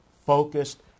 focused